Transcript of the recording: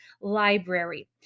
library